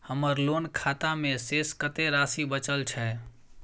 हमर लोन खाता मे शेस कत्ते राशि बचल छै?